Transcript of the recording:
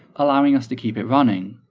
allowing us to keep it running.